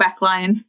backline